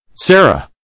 Sarah